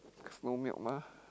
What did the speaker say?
cause no milk mah